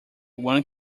one